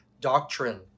doctrine